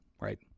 right